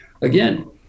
again